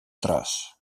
tros